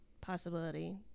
possibility